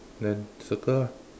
then circle ah